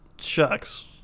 shucks